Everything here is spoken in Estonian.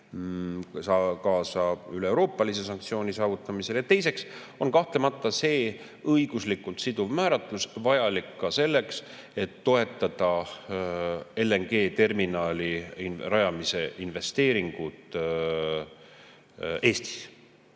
kaasa üleeuroopalise sanktsiooni saavutamisele. Ja teiseks on kahtlemata see õiguslikult siduv määratlus vajalik selleks, et toetada LNG-terminali rajamise investeeringut Eestis.